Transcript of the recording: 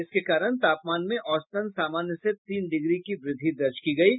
इसके कारण तापमान में औसतन समान्य से तीन डिग्री की व्रद्धि दर्ज की गयी है